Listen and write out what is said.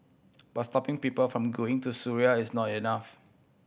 but stopping people from going to Syria is not enough